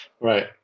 Right